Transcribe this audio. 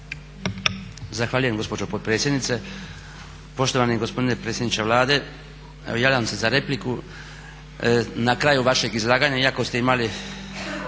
Zahvaljujem gospođo potpredsjednice. Poštovani gospodine predsjedniče Vlade, evo javljam se za repliku. Na kraju vašeg izlaganja iako ste imali